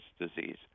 disease